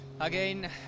again